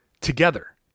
together